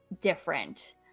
different